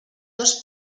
dos